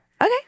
okay